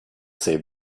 save